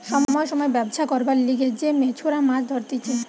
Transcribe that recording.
সময় সময় ব্যবছা করবার লিগে যে মেছোরা মাছ ধরতিছে